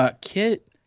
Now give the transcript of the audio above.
Kit